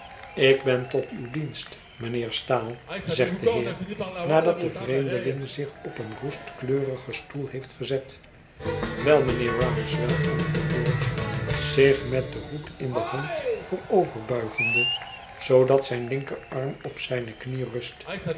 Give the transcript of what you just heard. ik ben tot uw dienst mijnheer staal zegt de heer nadat de vreemdeling zich op een roestkleurigen stoel heeft gezet wel mijnheer rouncewell antwoordt george zich met den hoed in de hand vooroverbuigende zoodat zijn linkerarm op zijne knie rust